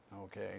Okay